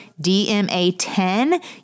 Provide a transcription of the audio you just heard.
DMA10